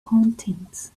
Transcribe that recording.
content